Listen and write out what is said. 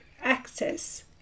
access